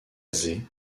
azé